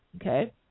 okay